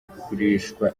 kugurishwa